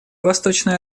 восточная